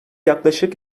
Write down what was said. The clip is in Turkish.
yaklaşık